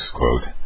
quote